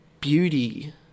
beauty